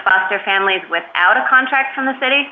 foster families without a contract from the city